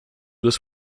las